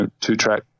two-track